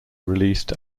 released